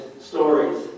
stories